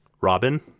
Robin